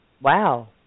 Wow